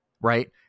right